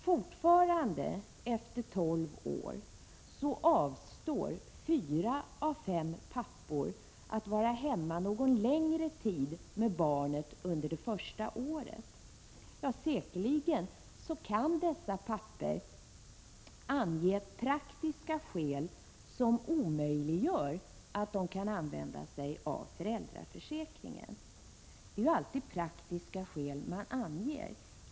Fortfarande, efter tolv år, avstår fyra av fem pappor från att vara hemma någon längre tid med barnet under det första året. Säkerligen kan dessa pappor ange praktiska skäl som omöjliggör att de använder föräldraförsäkringen. Det är alltid praktiska skäl man anger.